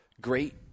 great